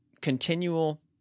continual